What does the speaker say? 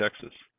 Texas